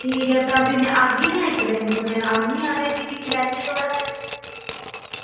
ठीक ऐ भी में इक्क दिन आह्गी ना आनी आं इक्क दिन ते भी दिक्खी लैनी आं थुआढ़ा ते